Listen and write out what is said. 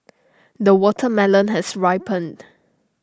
the watermelon has ripened